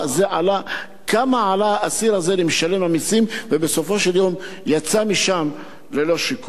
כמה עלה האסיר הזה למשלם המסים ובסופו של דבר יצא משם ללא שיקום?